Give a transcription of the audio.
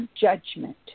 judgment